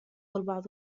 البعض